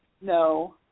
No